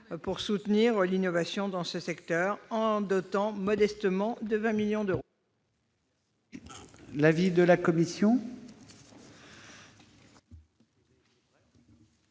pour soutenir l'innovation dans ce secteur, en le dotant, modestement, de 20 millions d'euros.